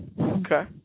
Okay